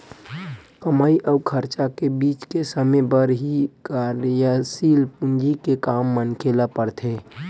कमई अउ खरचा के बीच के समे बर ही कारयसील पूंजी के काम मनखे ल पड़थे